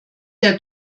der